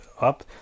up